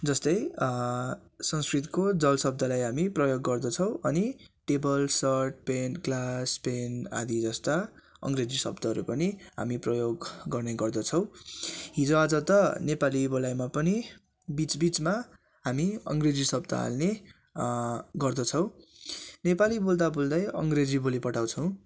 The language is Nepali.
जस्तै संस्कृतको जल शब्दलाई हामी प्रयोग गर्दछौँ अनि table shirt pen class pen आदिजस्ता अङ्ग्रेजी शब्दहरू पनि हामी प्रयोग गर्ने गर्दछौँ हिजो आज त नेपाली बोलाइमा पनि बिचबिचमा हामी अङ्ग्रेजी शब्द हाल्ने गर्दछौँ नेपाली बोल्दा बोल्दै अङ्ग्रेजी बोलिपठाउँछौँ